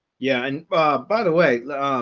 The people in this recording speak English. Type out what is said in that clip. yeah. and by the way,